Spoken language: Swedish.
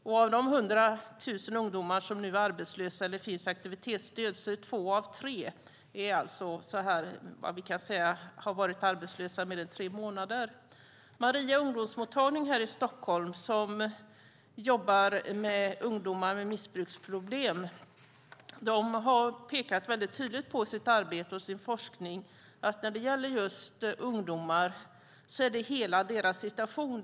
Av de 100 000 ungdomar som nu är arbetslösa eller finns i aktivitetsstöd har två av tre varit arbetslösa mer än tre månader. Maria ungdomsmottagning här i Stockholm jobbar med ungdomar med missbruksproblem. I sitt arbete och i sin forskning har de pekat mycket tydligt på att det handlar om ungdomarnas hela situation.